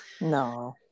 No